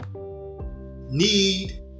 need